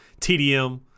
tdm